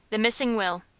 the missing will.